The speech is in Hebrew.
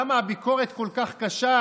למה הביקורת כל כך קשה,